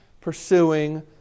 pursuing